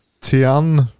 Tian